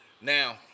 Now